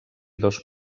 dos